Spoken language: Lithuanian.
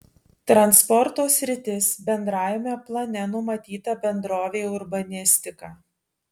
transporto sritis bendrajame plane numatyta bendrovei urbanistika